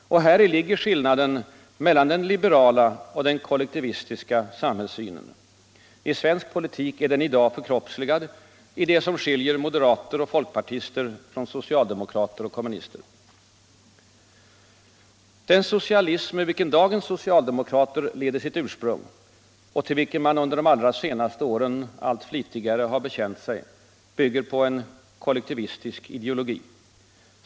Häri ligger skillnaden mellan den liberala och den kollektivistiska samhällssynen. I svensk politik är den i dag förkroppsligad i det som skiljer moderater och folkpartister från socialdemokrater och kommunister. Den socialism ur vilken dagens socialdemokrater leder sitt ursprung, och till vilken man under de allra senaste åren allt flitigare har bekänt sig, bygger på en kollektivistisk idéologi.